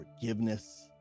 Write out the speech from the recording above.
forgiveness